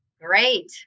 Great